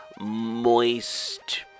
moist